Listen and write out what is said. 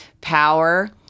power